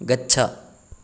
गच्छ